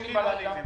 ישנים בלילה.